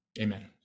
Amen